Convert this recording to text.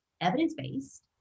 evidence-based